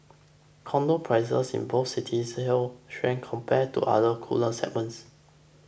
Condo prices in both cities held strength compared to other cooler segments